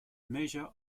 measure